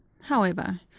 However